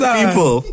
people